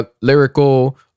Lyrical